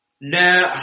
No